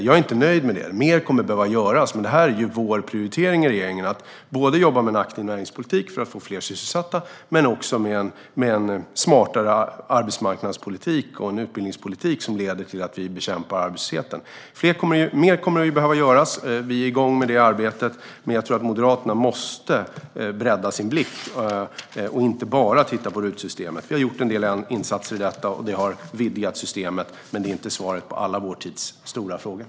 Jag är inte nöjd med det. Mer kommer att behöva göras. Vår prioritering i regeringen är att jobba både med en aktiv näringspolitik för att få fler sysselsatta och med en smartare arbetsmarknadspolitik och en utbildningspolitik som leder till att vi bekämpar arbetslösheten. Mer kommer att behöva göras. Vi är igång med det arbetet. Jag tror dock att Moderaterna måste bredda sin blick och inte bara titta på RUT-systemet. Vi har en gjort en del insatser som har vidgat systemet, men det är inte svaret på vår tids alla stora frågor.